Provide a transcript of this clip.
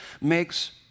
makes